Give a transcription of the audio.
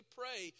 pray